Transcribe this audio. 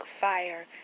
Fire